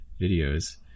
videos